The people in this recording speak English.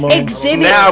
exhibit